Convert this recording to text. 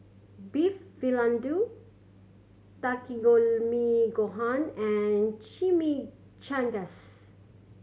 Beef Takikomi Gohan and Chimichangas